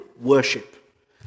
worship